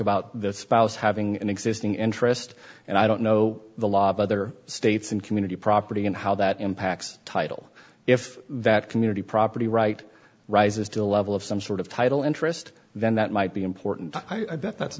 about the spouse having an existing interest and i don't know the law of other states and community property and how that impacts title if that community property right rises to the level of some sort of title interest then that might be important i bet that's